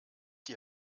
die